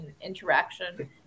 interaction